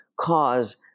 cause